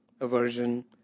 aversion